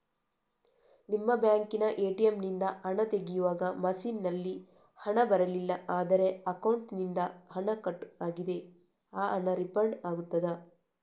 ನಿಮ್ಮ ಬ್ಯಾಂಕಿನ ಎ.ಟಿ.ಎಂ ನಿಂದ ಹಣ ತೆಗೆಯುವಾಗ ಮಷೀನ್ ನಲ್ಲಿ ಹಣ ಬರಲಿಲ್ಲ ಆದರೆ ಅಕೌಂಟಿನಿಂದ ಹಣ ಕಟ್ ಆಗಿದೆ ಆ ಹಣ ರೀಫಂಡ್ ಆಗುತ್ತದಾ?